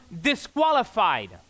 disqualified